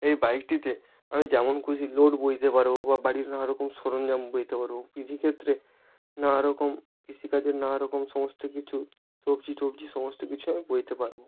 এই বাইকটিতে আমি যেমন খুশি লোড বইতে পারবো বা বাড়ির নানা রকম সরঞ্জাম বইতে পারবো কৃষি ক্ষেত্রে নানা রকম কৃষিকাজের নানা রকম সমস্ত কিছু সবজি টবজি সমস্ত কিছু আমি বইতে পারবো